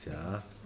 mm